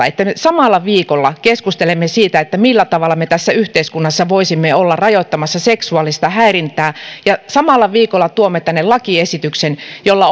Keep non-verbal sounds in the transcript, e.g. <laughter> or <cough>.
<unintelligible> että me samalla viikolla keskustelemme siitä millä tavalla me tässä yhteiskunnassa voisimme olla rajoittamassa seksuaalista häirintää ja tuomme tänne lakiesityksen jolla <unintelligible>